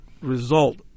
result